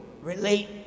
relate